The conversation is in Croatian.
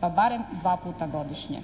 pa barem dva puta godišnje.